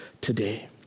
today